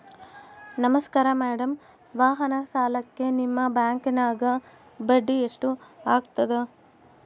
ನಮಸ್ಕಾರ ಮೇಡಂ ವಾಹನ ಸಾಲಕ್ಕೆ ನಿಮ್ಮ ಬ್ಯಾಂಕಿನ್ಯಾಗ ಬಡ್ಡಿ ಎಷ್ಟು ಆಗ್ತದ?